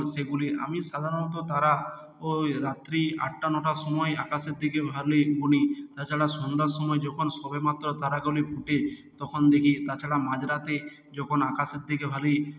সেগুলি আমি সাধারণত তারা ওই রাত্রি আটটা নটার সময় আকাশের দিকে গুনি তাছাড়া সন্ধ্যার সময় যখন সবেমাত্র তারাগুলি ফোটে তখন দেখি তাছাড়া মাঝরাতে যখন আকাশের দিকে ভাবি